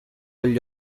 gli